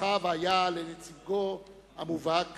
זכה והיה לנציגו המובהק